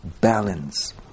balance